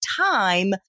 time